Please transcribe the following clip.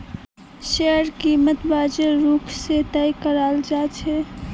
शेयरेर कीमत बाजारेर रुख से तय कराल जा छे